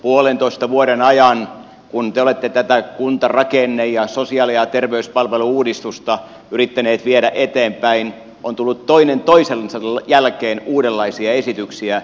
puolentoista vuoden ajan kun te olette tätä kuntarakenne ja sosiaali ja terveyspalvelu uudistusta yrittäneet viedä eteenpäin on tullut toinen toisensa jälkeen uudenlaisia esityksiä